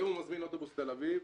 היום הוא מזמין אוטובוס לתל אביב,